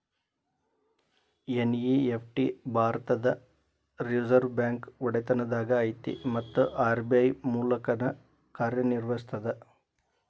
NEFT ಭಾರತದ್ Reserve Bank ಒಡೆತನದಾಗ ಐತಿ ಮತ್ತ ಆರ್.ಬಿ.ಐ ಮೂಲಕನ ಕಾರ್ಯನಿರ್ವಹಿಸ್ತದ